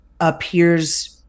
appears